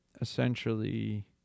essentially